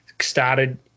started